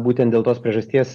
būtent dėl tos priežasties